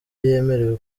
yemerewe